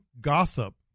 gossip